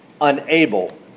unable